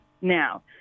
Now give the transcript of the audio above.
now